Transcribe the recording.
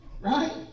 right